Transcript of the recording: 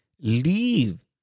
Leave